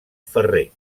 ferrer